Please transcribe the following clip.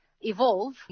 evolve